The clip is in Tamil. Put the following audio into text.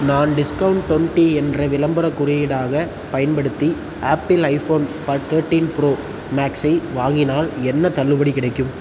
நான் டிஸ்கவுண்ட் டுவென்டி என்ற விளம்பரக் குறியீடாகப் பயன்படுத்தி ஆப்பிள் ஐ ஃபோன் ப தெர்டீன் ப்ரோ மேக்ஸ் ஐ வாங்கினால் என்ன தள்ளுபடி கிடைக்கும்